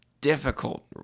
difficult